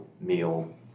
meal